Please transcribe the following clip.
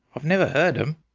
i've never heard em.